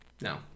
No